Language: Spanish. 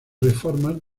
reformas